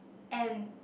and